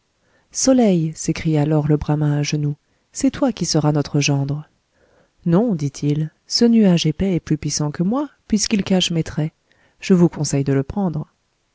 soleil s'écria lors le bramin à genoux c'est toi qui seras notre gendre non dit-il ce nuage épais est plus puissant que moi puisqu'il cache mes traits je vous conseille de le prendre